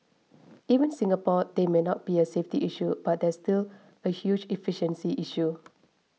even Singapore there may not be a safety issue but there is still a huge efficiency issue